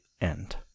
end